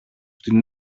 την